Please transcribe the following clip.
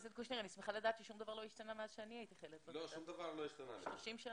אני ראה ששום דבר לא השתנה מאז אני הייתי חיילת בודדה ועברו 30 שנים.